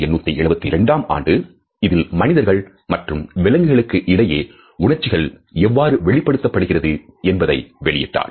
1872 ஆம் ஆண்டு இதில் மனிதர்கள் மற்றும் விலங்குகளுக்கு இடையே உணர்ச்சிகள் எவ்வாறு வெளிப்படுத்தப்படுகிறது என்பதை வெளியிட்டார்